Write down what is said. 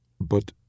But